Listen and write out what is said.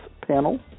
panel